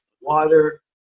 Water